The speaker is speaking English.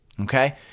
Okay